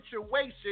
situation